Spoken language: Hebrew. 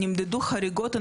נמדדו חריגות,